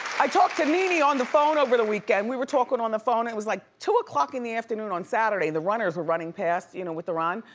i talked to nene on the phone over the weekend. we were talkin' on the phone, it was like, two o'clock in the afternoon on saturday. the runners were running past you know with the run,